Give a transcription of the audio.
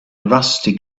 rusty